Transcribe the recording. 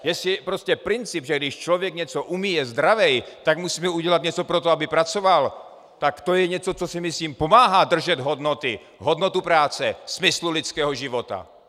Jestli prostě princip, že když člověk něco umí, je zdravý, tak musíme udělat něco pro to, aby pracoval, tak to je něco, co si myslím, že pomáhá držet hodnoty, hodnotu práce, smyslu lidského života.